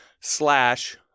slash